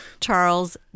Charles